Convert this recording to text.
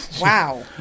Wow